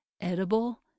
edible